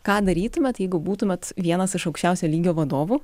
ką darytumėt jeigu būtumėt vienas iš aukščiausio lygio vadovų